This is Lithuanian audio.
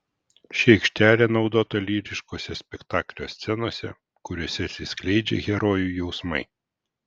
ši aikštelė naudota lyriškose spektaklio scenose kuriose atsiskleidžia herojų jausmai